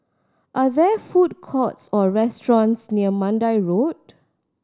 are there food courts or restaurants near Mandai Road